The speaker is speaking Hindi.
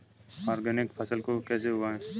ऑर्गेनिक फसल को कैसे उगाएँ?